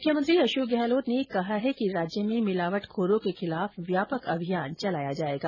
मुख्यमंत्री अशोक गहलोत ने कहा है कि राज्य में मिलावटखोरों के खिलाफ व्यापक अभियान चलाया जायेगा